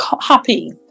happy